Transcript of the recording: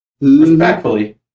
respectfully